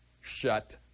shut